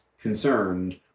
concerned